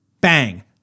Bang